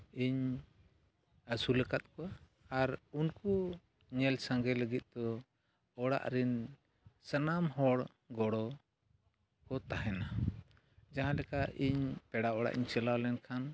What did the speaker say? ᱤᱧ ᱟᱹᱥᱩᱞᱟᱠᱟᱫ ᱠᱚᱣᱟ ᱟᱨ ᱩᱱᱠᱩ ᱧᱮᱞ ᱥᱟᱸᱜᱮ ᱞᱟᱹᱜᱤᱫ ᱫᱚ ᱚᱲᱟᱜ ᱨᱮᱱ ᱥᱟᱱᱟᱢ ᱦᱚᱲ ᱜᱚᱲᱚ ᱠᱚ ᱛᱟᱦᱮᱱᱟ ᱡᱟᱦᱟᱸᱞᱮᱠᱟ ᱤᱧ ᱯᱮᱲᱟ ᱚᱲᱟᱜ ᱤᱧ ᱪᱟᱞᱟᱣ ᱞᱮᱱᱠᱷᱟᱱ